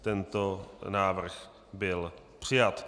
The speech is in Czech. Tento návrh byl přijat.